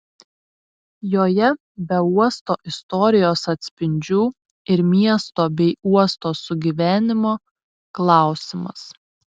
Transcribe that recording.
joje be uosto istorijos atspindžių ir miesto bei uosto sugyvenimo klausimas